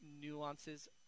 nuances